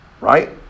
right